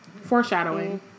foreshadowing